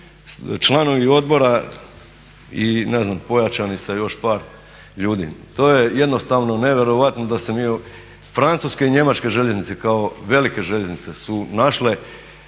članovi odbora i ne znam pojačani sa još par ljudi. To je jednostavno nevjerojatno da se mi francuske i njemačke željeznice kao velike željeznice su našle